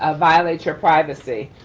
ah violate your privacy.